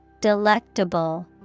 Delectable